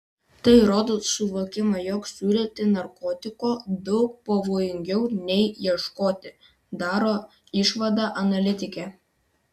tai rodo suvokimą jog siūlyti narkotiko daug pavojingiau nei ieškoti daro išvadą analitikė